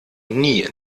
nie